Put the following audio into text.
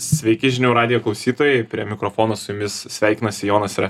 sveiki žinių radijo klausytojai prie mikrofono su jumis sveikinasi jonas serafinas